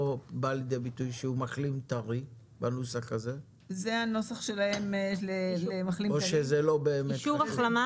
לעלות לטיסה כנוסע יוצא לאחר ששוכנעה שיש לו אישור החלמה